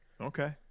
okay